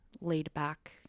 laid-back